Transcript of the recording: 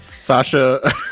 Sasha